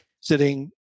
sitting